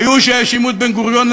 היו שהאשימו את בן-גוריון,